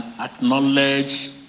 acknowledge